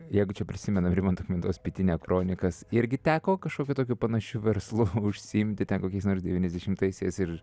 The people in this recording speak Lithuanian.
jeigu čia prisimenam rimanto kmitos pietinia kronikas irgi teko kažkokiu tokiu panašiu verslu užsiimti ten kokiais nors devyniasdešimtaisiais ir